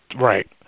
right